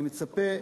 אני מצפה,